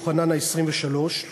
יוחנן ה-23,